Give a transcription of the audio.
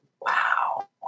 wow